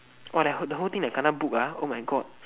!wah! the who~ the whole thing like kena book ah oh my god